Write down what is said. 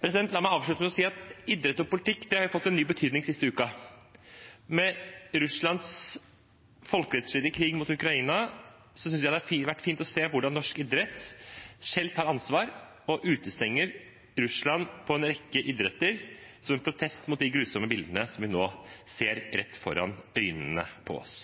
La meg avslutte med å si at idrett og politikk har fått en ny betydning den siste uken. Med Russlands folkerettsstridige krig mot Ukraina synes jeg det har vært fint å se hvordan norsk idrett selv tar ansvar og utestenger Russland fra en rekke idretter, som en protest mot de grusomme bildene vi nå ser rett foran øynene på oss.